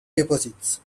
deposits